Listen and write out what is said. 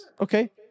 Okay